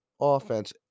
offense